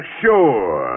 sure